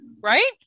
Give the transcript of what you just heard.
right